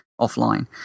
offline